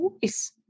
voice